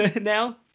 now